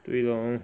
对 loh